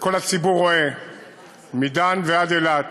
שכל הציבור רואה מדן ועד אילת,